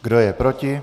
Kdo je proti?